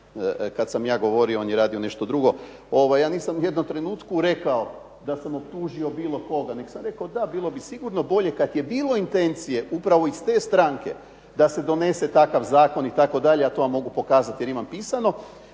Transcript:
kad sam ja govorio, on je radio nešto drugo, ja nisam ni u jednom trenutku rekao da sam optužio bilo koga nego sam rekao da bilo bi sigurno bolje kad je bilo intencije upravo iz te stranke da se donese takav zakon itd., a to vam mogu pokazati jer imam pisano,